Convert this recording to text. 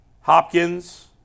Hopkins